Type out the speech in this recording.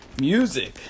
Music